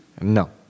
no